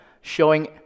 showing